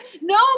No